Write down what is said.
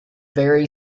very